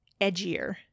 edgier